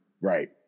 Right